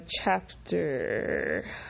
Chapter